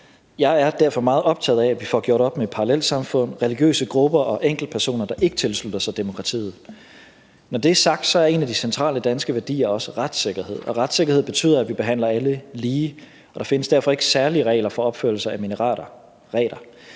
Jeg er derfor meget optaget af, at vi får gjort op med parallelsamfund, religiøse grupper og enkeltpersoner, der ikke tilslutter sig demokratiet. Når det er sagt, er en af de centrale danske værdier også retssikkerhed, og retssikkerhed betyder, at vi behandler alle lige. Der findes derfor ikke særlige regler for opførelse af minareter.